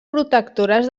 protectores